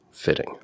Fitting